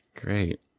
Great